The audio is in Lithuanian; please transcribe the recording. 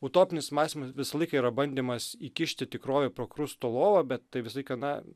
utopinis mąstymas visą laiką yra bandymas įkišti tikrovę į prokrusto lovą bet tai visą laiką na